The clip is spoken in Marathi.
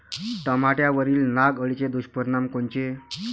टमाट्यावरील नाग अळीचे दुष्परिणाम कोनचे?